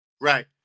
Right